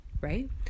right